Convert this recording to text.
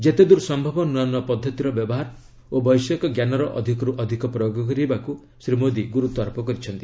ଯେତେଦୂର ସମ୍ଭବ ନୂଆ ନୂଆ ପଦ୍ଧତିର ବ୍ୟବହାର ଓ ବୈଷୟିକ ଜ୍ଞାନର ଅଧିକରୁ ଅଧିକ ପ୍ରୟୋଗ କରିବାକୁ ଶ୍ରୀ ମୋଦୀ ଗୁରୁତ୍ୱ ଆରୋପ କରିଛନ୍ତି